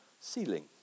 ceiling